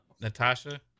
Natasha